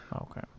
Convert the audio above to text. Okay